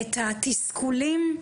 את התסכולים,